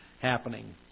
happening